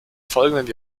folgenden